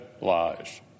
lies